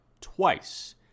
twice